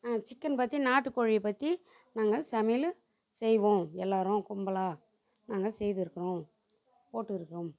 chicken பற்றி நாட்டுக்கோழியை பற்றி நாங்கள் சமையலு செய்வோம் எல்லோரும் கும்பலாக நாங்கள் செய்துருக்கிறோம் போட்டுருக்கோம்